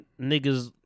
niggas